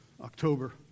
October